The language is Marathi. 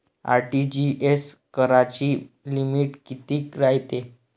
आर.टी.जी.एस कराची लिमिट कितीक रायते?